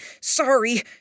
sorry